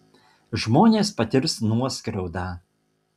žmonės patirs nuoskriaudą